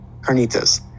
carnitas